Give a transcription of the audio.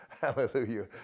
Hallelujah